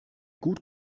gut